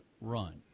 run